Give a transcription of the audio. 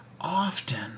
often